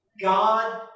God